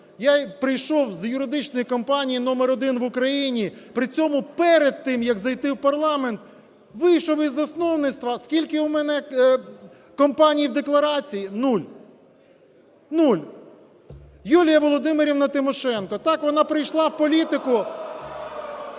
я прийшов з юридичної компанії номер один в Україні, при цьому перед тим, як зайти в парламент вийшов із засновництва. Скільки у мене компаній в декларації? Нуль. Нуль. Юлія Володимирівна Тимошенко так, вона прийшла в політику…